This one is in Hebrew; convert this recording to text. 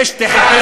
יש, תחפש.